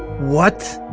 what?